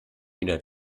wieder